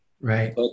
Right